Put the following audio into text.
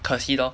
可惜 lor